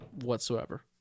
whatsoever